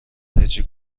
هجی